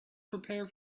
prepare